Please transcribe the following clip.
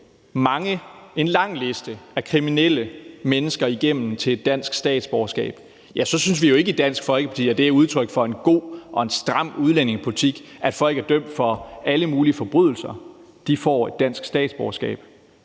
stemme en lang liste af kriminelle mennesker igennem til et dansk statsborgerskab. I Dansk Folkeparti synes vi jo ikke, at det er et udtryk for en god og en stram udlændingepolitik, at folk, der er dømt for alle mulige forbrydelser, får et dansk statsborgerskab.